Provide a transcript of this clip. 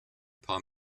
paar